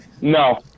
no